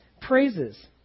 praises